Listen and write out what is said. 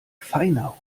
feiner